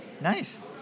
nice